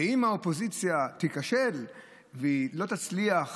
ואם האופוזיציה תיכשל והיא לא תצליח